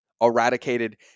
eradicated